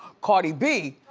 cardi b